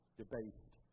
debased